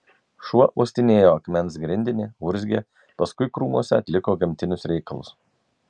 šuo uostinėjo akmens grindinį urzgė paskui krūmuose atliko gamtinius reikalus